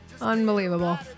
Unbelievable